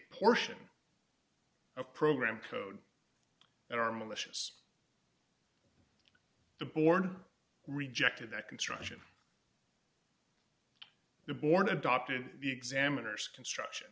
portion of program code that are malicious the board rejected that construction the bourne adopted the examiners construction